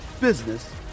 business